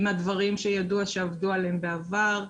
עם הדברים שידוע שעבדו עליהם בעבר.